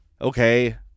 okay